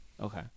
Okay